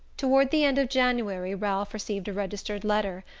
toward the end of january ralph received a registered letter,